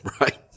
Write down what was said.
right